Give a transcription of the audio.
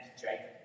Jacob